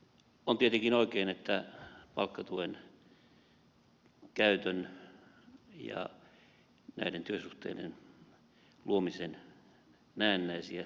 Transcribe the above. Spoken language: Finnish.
on tietenkin oikein että palkkatuen käytön ja näiden työsuhteiden luomisen näennäisiä esteitä raivataan